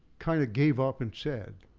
kind of gave up and said,